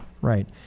right